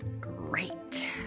Great